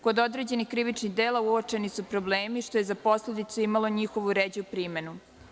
Kod određenih krivičnih dela uočeni su problemi, što je za posledicu imalo njihovu ređu primenu.